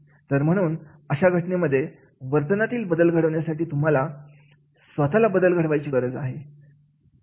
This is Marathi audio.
तर म्हणून अशा घटनेमध्ये वर्तनातील बदल घडवण्यासाठी तुम्हाला स्वतःला बदलायची गरज आहे